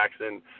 Jackson